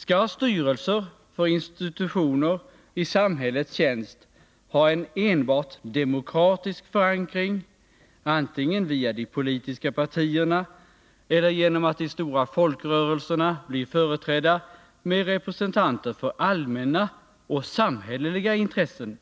Skall styrelser för institutioner i samhällets tjänst ha enbart en demokratisk förankring, via de politiska partierna eller genom att de stora folkrörelserna blir företrädda av representanter för allmänna och samhälleliga intressen?